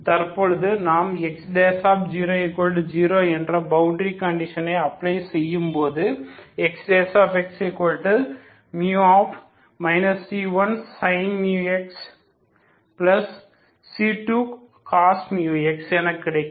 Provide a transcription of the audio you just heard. தற்பொழுது நாம் X00 என்ற பவுண்டரி கண்டிஷனை அப்ளை செய்யும்போது Xxμ c1sin μx c2cos μx என கிடைக்கும்